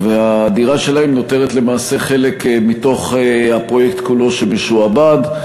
נותרת למעשה חלק מתוך הפרויקט שכולו משועבד.